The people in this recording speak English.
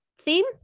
theme